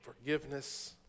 forgiveness